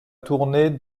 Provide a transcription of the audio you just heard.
tournée